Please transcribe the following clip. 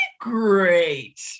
great